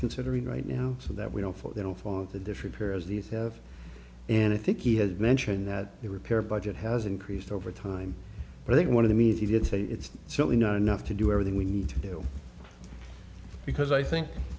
considering right now so that we don't for that will fall into disrepair as these have and i think he has mentioned that the repair budget has increased over time i think one of the means he did say it's simply not enough to do everything we need to do because i think